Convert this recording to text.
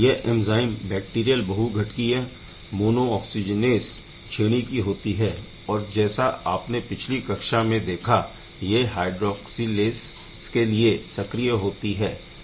यह enzyme bacterial बहूघटकीय monooxygenase श्रेणी की होती हैं और जैसा हमने पिछली कक्षा में देखा यह हायड्रौक्सिलेस के लिए सक्रिय होती है